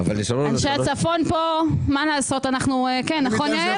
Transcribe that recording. אנחנו חייבים להספיק.